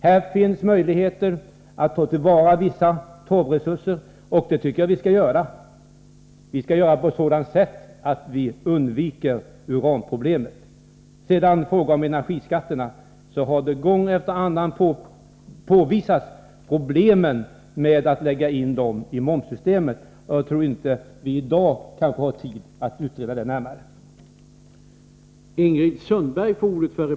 Här finns möjligheter att ta till vara vissa torvresurser, och det tycker jag att vi skall göra. Vi skall göra det på ett sådant sätt att vi undviker uranproblemet. Gång efter annan har problemen med att lägga in energiskatterna i momssystemet påvisats. Jag tror inte att vi i dag har tid att utreda det närmare.